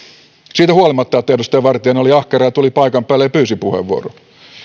siitä huolimatta että edustaja vartiainen oli ahkera ja tuli paikan päälle ja pyysi puheenvuoron